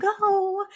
go